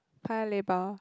Paya-Lebar